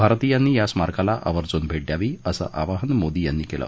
भारतीयांनी या स्मारकाला आवर्जून भेट द्यावी असं आवाहन मोदी यांनी केलं